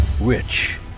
Rich